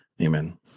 Amen